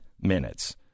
minutes